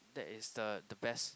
that is the the best